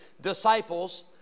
disciples